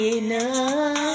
enough